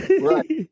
right